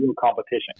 competition